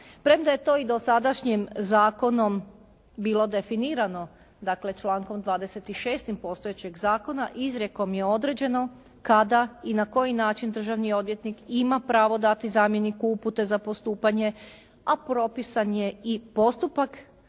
Premda je to i dosadašnjim zakonom bilo definirano, dakle člankom 26. postojećeg zakona, izrijekom je određeno kada i na koji način državni odvjetnik ima pravo dati zamjeniku upute za postupanje, a propisan je i postupak